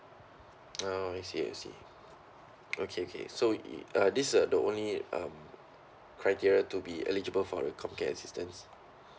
oh I see I see okay okay so uh these are the only um criteria to be eligible for the com care assistance